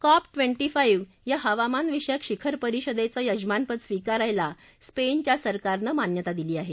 COP बिंगी five या हवामानविषयक शिखर परिषदेचं यजमानपद स्वीकारायला स्पेनच्या सरकारनं मान्यता दिली आहे